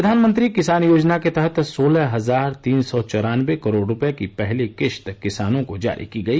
प्रधानमंत्री किसान योजना के तहत सोलह हजार तीन सौ चौरान्नवे करोड रूपये की पहली किश्त किसानों को जारी की गई